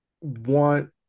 want